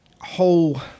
whole